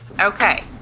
Okay